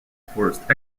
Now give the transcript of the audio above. forced